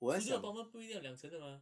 studio apartment 不一定要两辰的吗